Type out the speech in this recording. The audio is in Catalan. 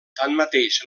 tanmateix